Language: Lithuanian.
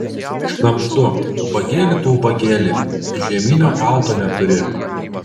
šnabždu ubagėli tu ubagėli žieminio palto neturi